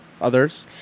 others